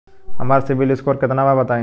हमार सीबील स्कोर केतना बा बताईं?